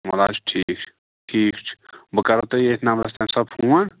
ول حظ ٹھیٖک چھُ ٹھیٖک چھُ بہٕ کرو تۄہہِ ییٚتھۍ نمبرَس تَمہِ ساتہٕ فون